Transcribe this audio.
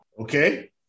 Okay